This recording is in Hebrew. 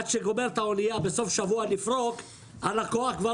עד שהאנייה מסיימת לפרוק בסוף-שבוע הלקוח כבר